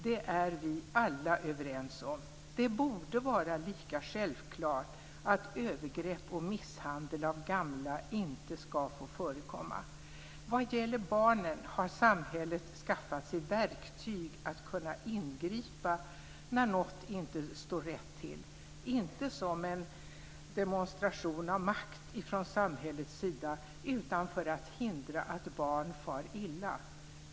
Det är vi alla överens om. Det borde vara lika självklart att övergrepp på och misshandel av gamla inte ska få förekomma. Vad gäller barnen har samhället skaffat sig verktyg för att kunna ingripa när något inte står rätt till - inte som en demonstration av makt från samhällets sida, utan för att förhindra att barn far illa.